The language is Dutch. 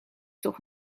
toch